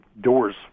Doors